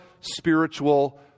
spiritual